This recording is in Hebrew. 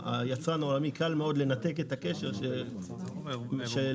ליצרן קל מאוד לנתק את הקשר של יבואן